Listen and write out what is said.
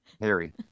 Harry